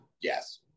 Yes